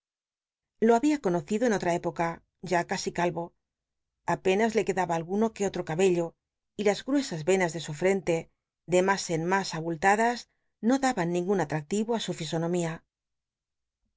lo babia conocido en otra época ya casi calyo apenas le quedaba alguno que otro cabello y las gmesas venas de su frente de mas en mas abulta das no daban ningun atractivo á su fisonomía